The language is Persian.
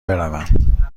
بروم